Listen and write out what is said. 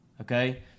okay